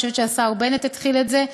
אני חושבת שהשר בנט התחיל את זה,